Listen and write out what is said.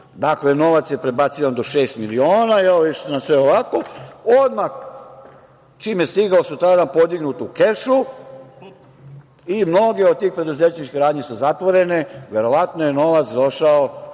dakle, novac je prebacivan do šest miliona, evo išli su sve ovako, odmah čim je stigao sutradan podignut je u kešu i mnoge od tih preduzetničkih radnji su zatvorene. Verovatno je novac došao